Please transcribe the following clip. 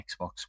Xbox